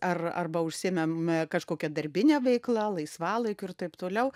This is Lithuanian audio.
ar arba užsiimam kažkokia darbine veikla laisvalaikiu ir taip toliau